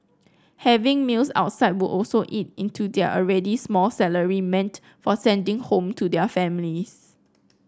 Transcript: having meals outside would also eat into their already small salary meant for sending home to their families